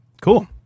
cool